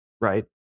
right